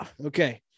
Okay